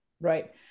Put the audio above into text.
Right